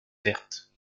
verte